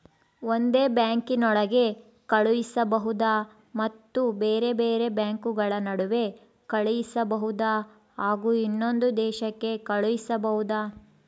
ಒಂದೇ ಬ್ಯಾಂಕಿನೊಳಗೆ ಕಳಿಸಬಹುದಾ ಮತ್ತು ಬೇರೆ ಬೇರೆ ಬ್ಯಾಂಕುಗಳ ನಡುವೆ ಕಳಿಸಬಹುದಾ ಹಾಗೂ ಇನ್ನೊಂದು ದೇಶಕ್ಕೆ ಕಳಿಸಬಹುದಾ?